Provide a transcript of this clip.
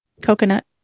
Coconut